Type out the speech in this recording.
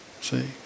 See